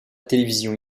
télévision